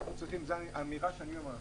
זו אמירה שאני אומר לך,